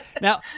Now